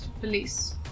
police